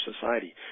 society